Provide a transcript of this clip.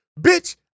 bitch